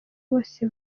bose